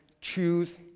choose